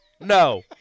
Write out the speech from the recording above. No